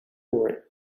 were